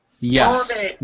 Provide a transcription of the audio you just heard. Yes